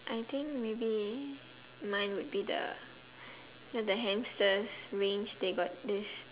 I think maybe mine would be the know the hamsters range they got this